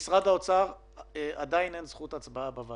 גם את המענק וגם את קצבאות הילדים לטובת משפחות